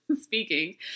speaking